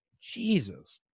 Jesus